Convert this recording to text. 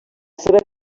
seva